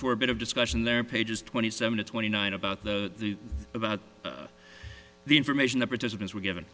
for a bit of discussion there pages twenty seven to twenty nine about the about the information the participants were given